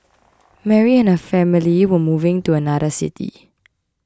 Mary and her family were moving to another city